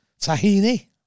tahini